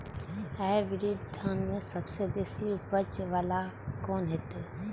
Hybrid धान में सबसे बेसी उपज बाला कोन हेते?